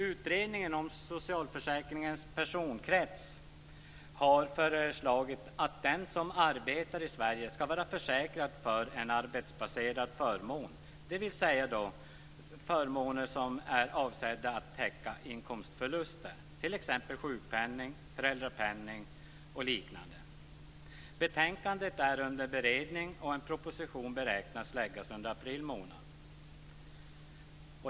Utredningen om socialförsäkringens personkrets har föreslagit att den som arbetar i Sverige skall vara försäkrad för arbetsbaserad förmån, dvs. förmåner som är avsedda att täcka inkomstförluster, t.ex. sjukpenning, föräldrapenning och liknande. Betänkandet är under beredning, och en proposition beräknas läggas fram under april månad.